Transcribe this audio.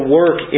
work